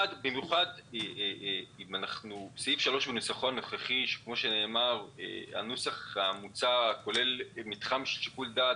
במיוחד אם פסקה (3) בנוסח המוצע כוללת מתחם של שיקול דעת,